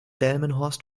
delmenhorst